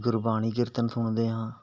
ਗੁਰਬਾਣੀ ਕੀਰਤਨ ਸੁਣਦੇ ਹਾਂ